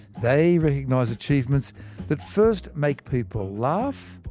they recognise achievements that first make people laugh,